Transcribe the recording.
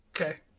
Okay